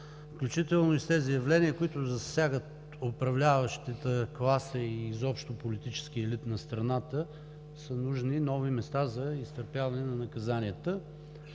включително и с тези явления, които засягат управляващата класа и изобщо политическия елит на страната, са нужни нови места за изтърпяване на наказанията.